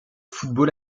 football